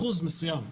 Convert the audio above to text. אחוז מסוים,